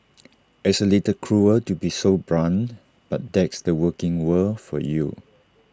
it's A little cruel to be so blunt but that's the working world for you